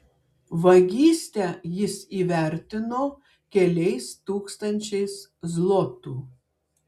vagystę jis įvertino keliais tūkstančiais zlotų